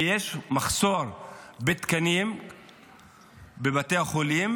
יש מחסור בתקנים בבתי החולים,